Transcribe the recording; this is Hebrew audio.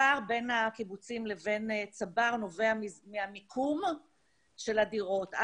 הפער בין הקיבוצים לבין צבר נובע מהמיקום של הדירות.